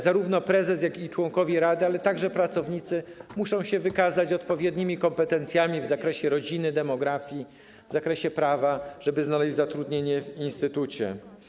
Zarówno prezes, jak i członkowie rady, ale także pracownicy muszą się wykazać odpowiednimi kompetencjami w zakresie wiedzy o rodzinie, demografii, w zakresie prawa, żeby mogli znaleźć zatrudnienie w instytucie.